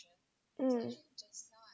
mm